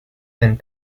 and